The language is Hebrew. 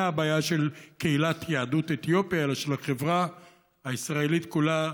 הבעיה של קהילת יהדות אתיופיה אלא של החברה הישראלית כולה,